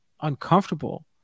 uncomfortable